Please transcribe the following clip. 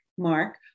Mark